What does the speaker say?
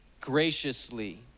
graciously